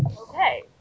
Okay